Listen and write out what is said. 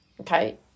okay